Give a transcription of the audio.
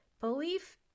belief